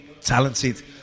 talented